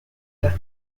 las